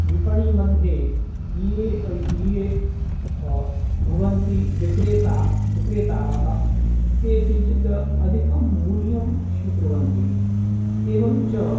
विपणिमध्ये ये ये भवन्ति विक्रेता विक्रेतारः ते किञ्चित् अधिकं मूल्यं स्वीकुर्वन्ति एवं च